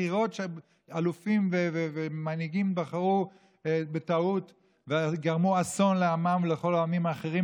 בחירות שאלופים ומנהיגים בחרו בטעות וגרמו אסון לעמם ולכל העמים האחרים,